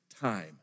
time